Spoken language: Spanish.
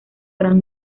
gran